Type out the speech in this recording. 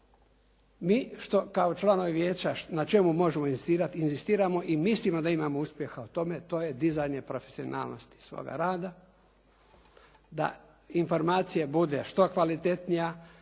Mi kao članovi vijeća na čemu inzistirati i inzistiramo i mislimo da imamo uspjeha u tome, to je dizanje profesionalnosti svoga rada, da informacija bude što kvalitetnija